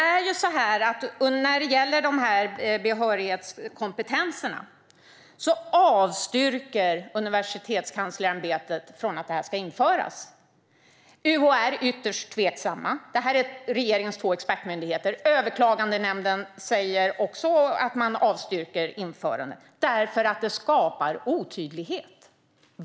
När det gäller behörighetskompetenserna avstyrker Universitetskanslersämbetet förslaget om att de ska införas. UHR är ytterst tveksamt. Detta är alltså regeringens två expertmyndigheter. Överklagandenämnden avråder också från införande eftersom det skapar otydlighet.